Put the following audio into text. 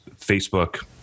Facebook